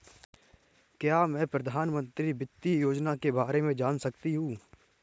क्या मैं प्रधानमंत्री वित्त योजना के बारे में जान सकती हूँ?